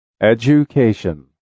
Education